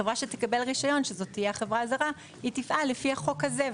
החברה שתקבל רישיון שזאת תהיה החברה הזרה היא תפעל לפי החוק הזה.